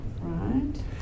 right